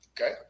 okay